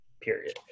period